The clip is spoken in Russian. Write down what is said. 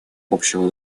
общего